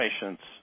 patients